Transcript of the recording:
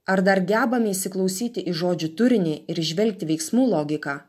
ar dar gebame įsiklausyti į žodžių turinį ir įžvelgti veiksmų logiką